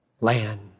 land